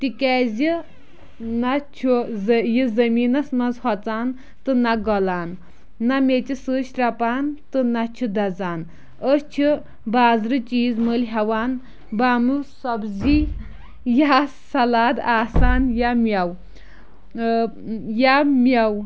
تِکیٛازِ نہ چھُ یہِ زٔمیٖنَس منٛز ہۄژان تہٕ نہ گۄلان نہ میٚژِ سۭتۍ شرٛپان تہٕ نہ چھِ دَزان أسۍ چھِ بازرٕ چیٖز مٔلۍ ہٮ۪وان باموٗ سبزی یا سَلاد آسان یا مٮ۪وٕ یا مٮ۪وٕ